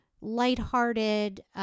lighthearted